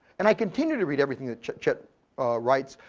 and i continue to read everything that chet chet writes.